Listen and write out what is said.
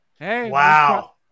Wow